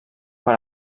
per